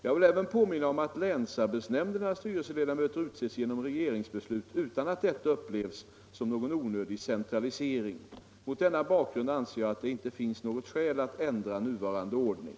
Jag vill även påminna om att länsarbetsnämndernas styrelseledamöter utses genom regeringsbeslut utan att detta upplevs som någon onödig centralisering. Mot denna bakgrund anser jag att det inte finns något skäl att ändra nuvarande ordning.